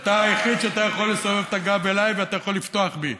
אתה היחיד שיכול לסובב את הגב אליי ואתה יכול לבטוח בי.